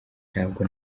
ntabo